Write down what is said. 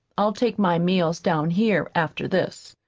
i'll take my meals down here, after this.